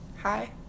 Hi